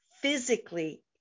physically